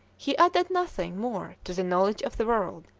he added nothing more to the knowledge of the world,